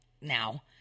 now